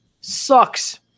sucks